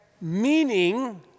meaning